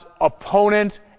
opponent